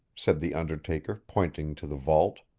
said the undertaker, pointing to the vault.